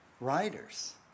writers